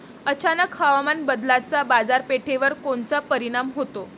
अचानक हवामान बदलाचा बाजारपेठेवर कोनचा परिणाम होतो?